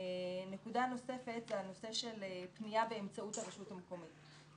נקודה נוספת זה הנושא של פנייה באמצעות הרשות המקומית.